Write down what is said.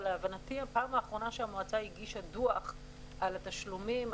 אבל להבנתי פעם האחרונה שהמועצה הגישה דוח על התשלומים,